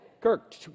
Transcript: Kirk